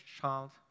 child